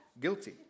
guilty